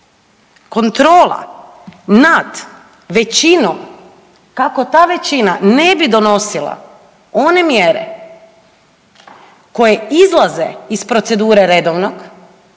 kontrola nad većinom kako ta većina ne bi donosila one mjere koje izlaze iz procedure redovnog,